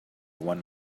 one